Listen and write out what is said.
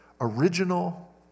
original